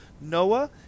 Noah